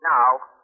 Now